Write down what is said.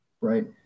right